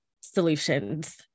solutions